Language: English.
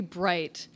bright